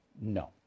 no